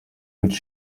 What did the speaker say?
which